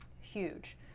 Huge